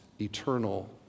eternal